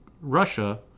Russia